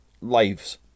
lives